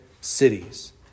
cities